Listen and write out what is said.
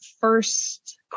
first